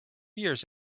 years